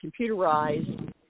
computerized